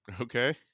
Okay